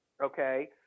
Okay